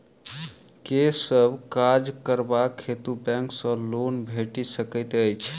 केँ सब काज करबाक हेतु बैंक सँ लोन भेटि सकैत अछि?